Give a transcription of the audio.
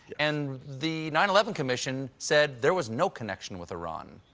and the nine eleven commission said there was no connection with iran.